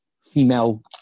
female